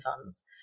funds